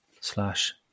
slash